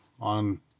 on